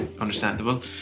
Understandable